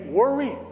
worry